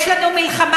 יש לנו מלחמה,